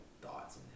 thoughts